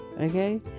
okay